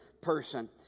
person